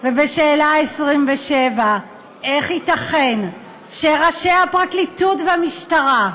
ובשאלה 27: איך ייתכן שראשי הפרקליטות והמשטרה,